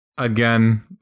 Again